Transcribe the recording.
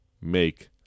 make